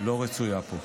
לא רצויה פה.